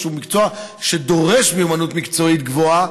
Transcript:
שהוא מקצוע שדורש מיומנות מקצועית גבוהה,